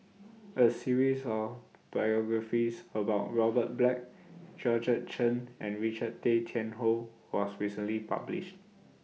A series of biographies about Robert Black Georgette Chen and Richard Tay Tian Hoe was recently published